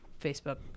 Facebook